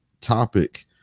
topic